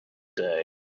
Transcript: day